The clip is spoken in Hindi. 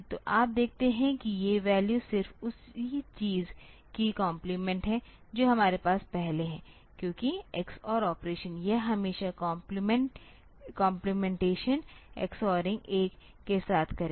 तो आप देखते हैं कि ये वैल्यू सिर्फ उसी चीज की कॉम्प्लीमेंट है जो हमारे पास पहले है क्योंकि xor ऑपरेशन यह हमेशा कम्प्लीमेंटशन xoring 1 के साथ करेगा